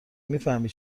میفهمی